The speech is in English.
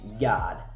god